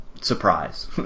surprise